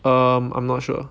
um I'm not sure